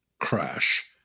crash